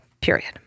period